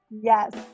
Yes